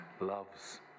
loves